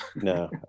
No